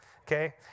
okay